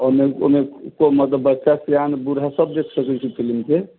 ओहिमे ओहिमे कोइ मतलब बच्चा सयान बूढ़ा सब देख सकै छै फिलिम के